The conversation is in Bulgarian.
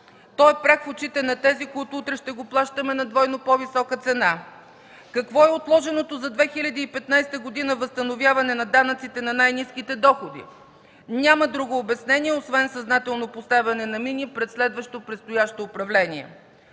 То е прах в очите на тези, които утре ще го плащаме на двойно по-висока цена. Какво е отложеното за 2015 година възстановяване на данъците на хората с най-ниските доходи? Няма друго обяснение, освен съзнателно поставяне на мини пред следващо предстоящо управление.